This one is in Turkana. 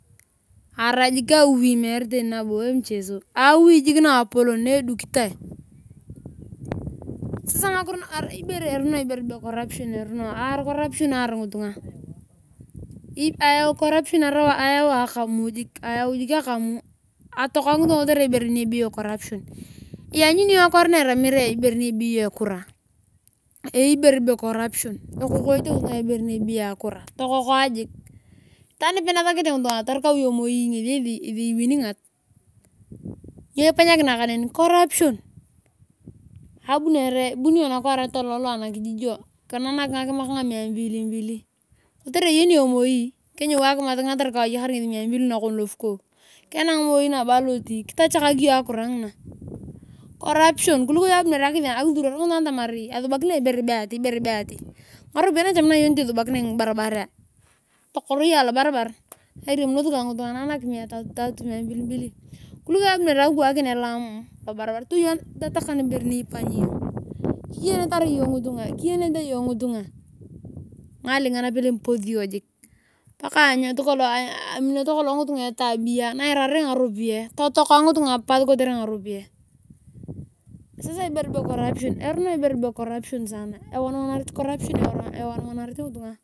Arai jik awi meere nabio emchezo awi jik naapolon. Eroro ihere be corruption aar ngitunga. Ayau corruption ayan akamu atoka gitunga kotere ibere ni ebeyo corruption lanyuni iyong akiraar na erameere ekura eyei corruption ekokoyo ekura tokokoa jiik itaan nipanyesakete ngitunge torukuo iyong ngesi moi iwiningat nyo ipanjakina kaneni corruption. Ibunio nakwake tololo anakijijio nanake ngakimak ngamia mbilii kotere iyeni iyong kenyuo akimat ngina turukau mia mbiki eyai lopuko keng kenang nabulot kitachakak iyonh akura ngina. Kuliko iyong abunere akisuror ngitunga atamar asubakiria ibere be ati. ngaropiya nechamakinea iyong isubakinia ngibarbarea tokor iyong alobarbar na irimunotor kangitunga nanak mia tatu tatu. mia mbili mbili kuliko iyong akuwakin elaam lobarbar tatakan ibere nioanye iyong. Kiyeneta iying ngitunga ng’alinyaba ipos iyong pa amineto kolong ngitunga etaabia na irareta ngaropiyae totoka ngitunga pas. Sasa ibere be corruption erono saana ewanawanant ngitunga.